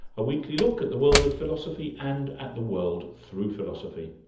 a weekly look at the world of philosophy and at the world through philosophy.